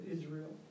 Israel